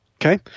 Okay